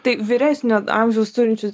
tai vyresnio amžiaus turinčius